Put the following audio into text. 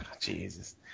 Jesus